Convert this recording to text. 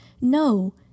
No